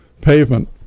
pavement